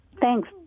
Thanks